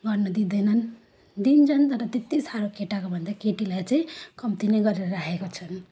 गर्न दिँदैनन् दिन्छन् तर त्यति साह्रो केटाको भन्दा केटीलाई चाहिँ कम्ती नै गरेर राखेको छन्